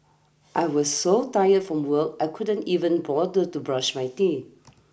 I was so tired from work I couldn't even bother to brush my teeth